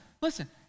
Listen